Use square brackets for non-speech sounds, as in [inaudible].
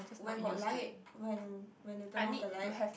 when got light when [noise] when you turn off the light